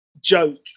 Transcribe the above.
joke